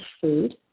food